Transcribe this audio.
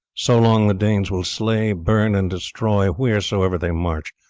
so long the danes will slay, burn, and destroy wheresoever they march,